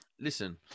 Listen